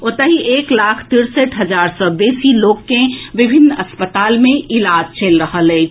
ओतहि एक लाख तिरसठि हजार सँ बेसी लोक के विभिन्न अस्पताल मे इलाज चलि रहल अछि